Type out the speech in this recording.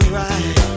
right